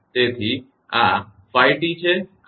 તેથી આ 5T છે આ 6T છે